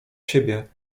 siebie